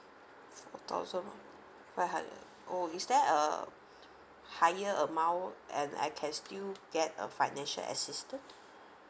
four thousand five hundred oh is there uh okay higher amount and I can still get a financial assistance